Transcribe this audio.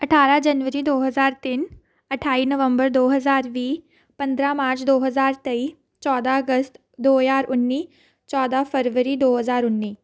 ਅਠਾਰਾਂ ਜਨਵਰੀ ਦੋ ਹਜ਼ਾਰ ਤਿੰਨ ਅਠਾਈ ਨਵੰਬਰ ਦੋ ਹਜ਼ਾਰ ਵੀਹ ਪੰਦਰਾਂ ਮਾਰਚ ਦੋ ਹਜ਼ਾਰ ਤੇਈ ਚੌਦਾਂ ਅਗਸਤ ਦੋ ਹਜ਼ਾਰ ਉੱਨੀ ਚੌਦਾਂ ਫਰਵਰੀ ਦੋ ਹਜ਼ਾਰ ਉੱਨੀ